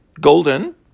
Golden